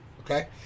okay